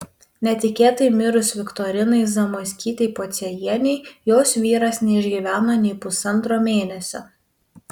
netikėtai mirus viktorinai zamoiskytei pociejienei jos vyras neišgyveno nė pusantro mėnesio